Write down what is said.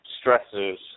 stresses